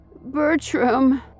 Bertram